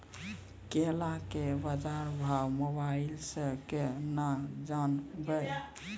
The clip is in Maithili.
केला के बाजार भाव मोबाइल से के ना जान ब?